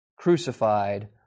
crucified